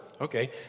Okay